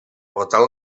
portant